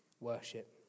worship